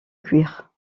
cuir